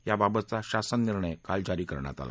याबाबतचा शासन निर्णय काल जारी करण्यात आला